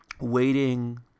waiting